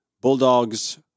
Bulldogs